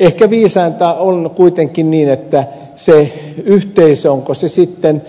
ehkä viisainta on kuitenkin että se yhteisö onko se sitten